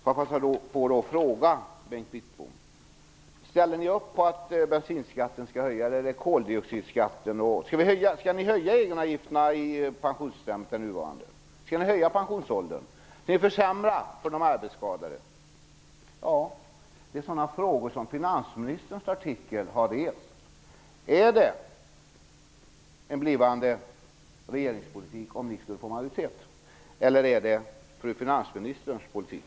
Jag vill passa på att fråga Bengt Wittbom: Ställer ni upp på att bensinskatten och koldioxidskatten skall höjas? Skall ni höja egenavgifterna i det nuvarande pensionssystemet? Skall ni höja pensionsåldern? Skall ni försämra för de arbetsskadade? Det är sådana frågor som finansministerns artikel har rest. Är detta den blivande regeringspolitiken om ni skulle få majoritet, eller är det fru finansministerns politik?